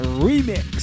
remix